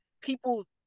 people